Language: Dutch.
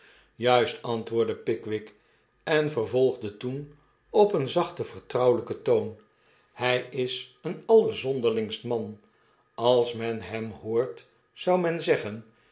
juist antwoordde pickwick en vervolgrde toen op een zachten vertrouwelyken toon hy is een allerzonderlingst man als tiien hem hoort zou men zeggen